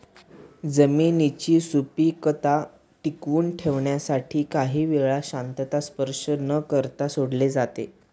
जमिनीची सुपीकता टिकवून ठेवण्यासाठी काही वेळा शेतांना स्पर्श न करता सोडले जाते